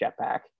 jetpack